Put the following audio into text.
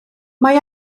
mae